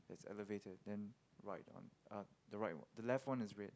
that's elevated then right one uh the right one the left one is red